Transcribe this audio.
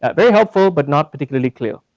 but very helpful, but not particularly clear,